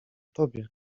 tobie